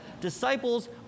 ...disciples